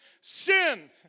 Sin